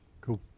Cool